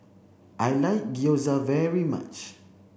I like Gyoza very much